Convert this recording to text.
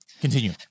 continue